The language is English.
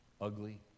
ugly